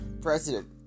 president